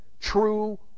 true